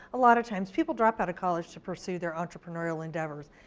a lot of times people drop out of college to pursue their entrepreneurial endeavors.